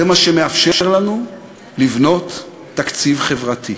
זה מה שמאפשר לנו לבנות תקציב חברתי,